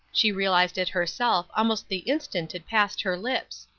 she realized it herself almost the instant it passed her lips.